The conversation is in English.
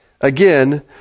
Again